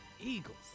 Eagles